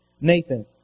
Nathan